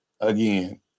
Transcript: again